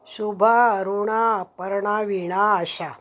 Shubha Rina Aparna Veena Asha